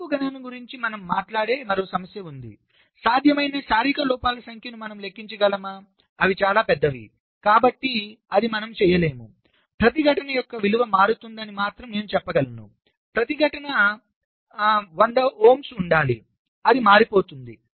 తప్పు గణన గురించి మనం మాట్లాడే మరో సమస్య ఉంది సాధ్యమైన శారీరక లోపాల సంఖ్యను మనం లెక్కించగలమా అవి చాలా పెద్దవి కాబట్టి మనం చేయలేము ప్రతిఘటన యొక్క విలువ మారుతోందని నేను చెప్పగలను ప్రతిఘటన 100 ohm ఉండాలి అది మారిపోయింది